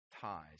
ties